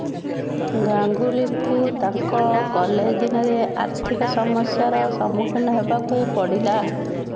ଗାଙ୍ଗୁଲିଙ୍କୁ ତାଙ୍କ କଲେଜ ଦିନରେ ଆର୍ଥିକ ସମସ୍ୟାର ସମ୍ମୁଖୀନ ହେବାକୁ ପଡ଼ିଲା